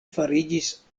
fariĝis